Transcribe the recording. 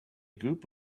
group